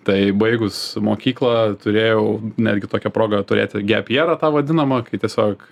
tai baigus mokyklą turėjau netgi tokią progą turėti gepjerą tą vadinamą kai tiesiog